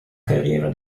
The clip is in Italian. carriera